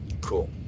Cool